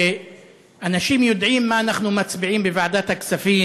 שאנשים יודעים מה אנחנו מצביעים בוועדת הכספים,